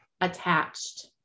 attached